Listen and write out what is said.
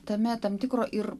tame tam tikro ir